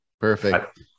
Perfect